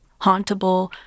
hauntable